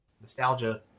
nostalgia